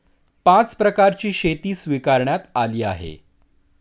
पाच प्रकारची शेती स्वीकारण्यात आली आहे